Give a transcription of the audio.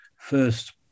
first